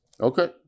Okay